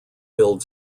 build